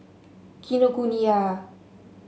Kinokuniya